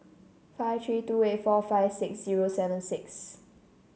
five three two eight four five six zero seven six